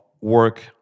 work